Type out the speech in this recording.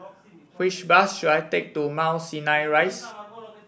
which bus should I take to Mount Sinai Rise